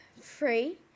free